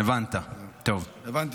הבנתי את הרעיון.